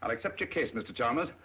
like so but your case, mr. chalmers.